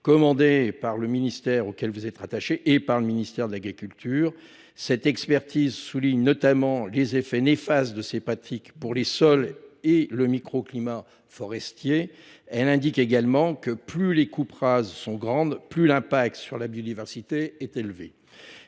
commandée par le ministère auquel vous êtes rattaché et par le ministère de l’agriculture. Cette expertise souligne notamment les effets néfastes de ces pratiques pour les sols et le microclimat forestier. Elle indique également que plus les coupes rases sont grandes, plus l’impact sur la biodiversité est élevé.